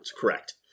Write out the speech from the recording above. Correct